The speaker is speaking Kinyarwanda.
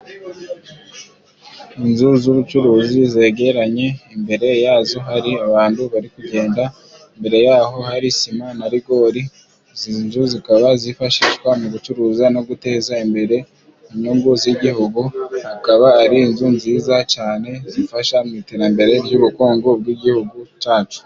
Inzu z'ubucuruzi zegeranye, imbere yazo hari abantu bari kugenda, imbere yaho hari sima na rigori, izi nzu zikaba zifashishwa mu gucuruza no guteza imbere inyungu z'igihugu, akaba ari inzu nziza cane zifasha mu iterambere ry'ubukungu bw'igihugu cyacu.